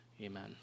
Amen